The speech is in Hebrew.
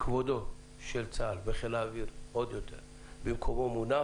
שכבודו של צה"ל וחיל האוויר עוד יותר במקומו מונח.